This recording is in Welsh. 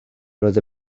roedd